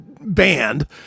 band